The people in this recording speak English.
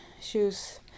shoes